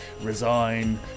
resign